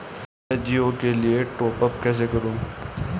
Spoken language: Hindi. मैं जिओ के लिए टॉप अप कैसे करूँ?